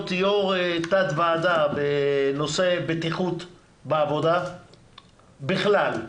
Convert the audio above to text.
יושב-ראש תת-ועדה בנושא בטיחות בעבודה בכלל,